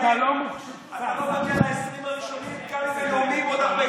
אתה לא מגיע לעשרים הראשונים גם אם, עוד 40